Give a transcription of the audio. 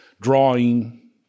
drawing